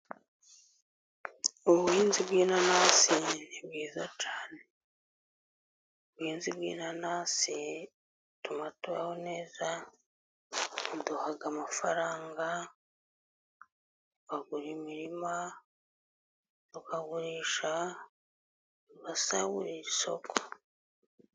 Ubuhinzi bw'inanasi ni bwiza cyane. Ubuhinzi bw'inanasi butuma tubaho neza, buduha amafaranga tukagura imirima, tukagurisha tugasagurira isoko.